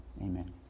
Amen